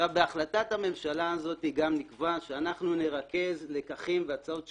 בהחלטת הממשלה הזאת גם נקבע שאנחנו נרכז לקחים והצעות לשיפור,